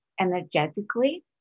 energetically